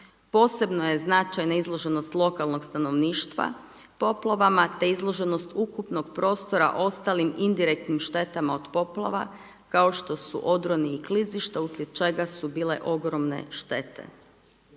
Posebno je značajna izloženost lokalnog stanovništva poplavama, te izloženost ukupnog prostora ostalih indirektnih šteta od poplava, kao što su odroni i klizišta uslijed čega su bile ogromne štete.